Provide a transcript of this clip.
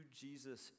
Jesus